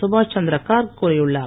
சுபாஷ் சந்திர கார்க் கூறியுள்ளார்